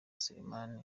selemani